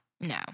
no